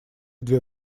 две